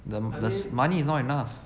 the the money is not enough